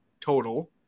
total